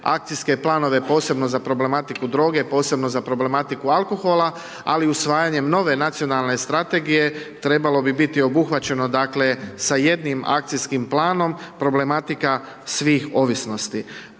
akcijske planove, posebno za problematiku droge, posebno za problematiku alkohola, ali usvajanjem nove nacionalne strategije, trebalo bi biti obuhvaćeno s jednim akcijskim planom problematika svih ovisnosti.